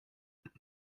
ich